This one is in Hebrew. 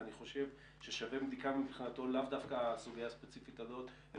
ואני חושב ששווה בדיקה מבחינתו לאו דווקא הסוגיה הספציפית הזאת,